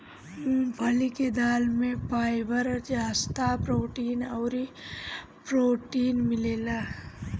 मूंग के दाल में फाइबर, जस्ता, प्रोटीन अउरी प्रोटीन मिलेला